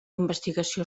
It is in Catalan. investigació